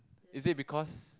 is it because